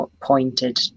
pointed